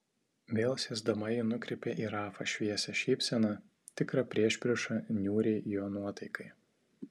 vėl sėsdama ji nukreipė į rafą šviesią šypseną tikrą priešpriešą niūriai jo nuotaikai